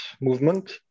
movement